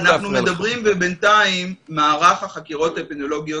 אנחנו מדברים ובינתיים מערך החקירות האפידמיולוגיות